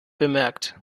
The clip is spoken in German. bemerkt